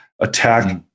attack